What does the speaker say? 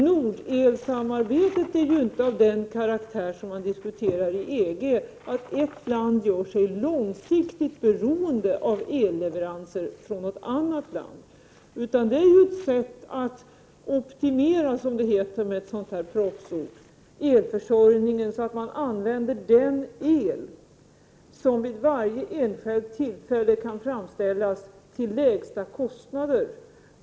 Nordel-samarbetet är ju inte av den karaktär som man diskuterar i EG, nämligen att ett land gör sig långsiktigt beroende av elleveranser från ett annat land. Vår energipolitik är ju ett sätt att optimera — som det heter med ett frasord — elförsörjningen, så att man använder den el som vid varje enskilt tillfälle kan framställas till lägsta kostnader.